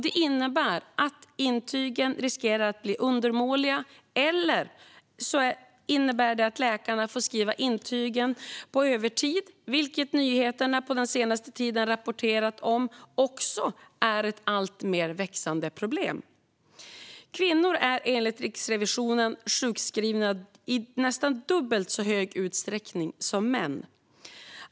Det innebär att intygen riskerar att bli undermåliga eller att läkarna får skriva intygen på övertid, vilket nyheterna den senaste tiden rapporterat om också är ett alltmer växande problem. Kvinnor är enligt Riksrevisionen sjukskrivna i nästan dubbelt så stor utsträckning som män.